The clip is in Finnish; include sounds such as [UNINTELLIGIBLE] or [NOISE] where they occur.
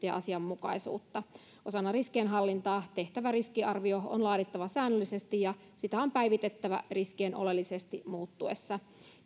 [UNINTELLIGIBLE] ja asianmukaisuutta osana riskienhallintaa tehtävä riskiarvio on laadittava säännöllisesti ja sitä on päivitettävä riskien oleellisesti muuttuessa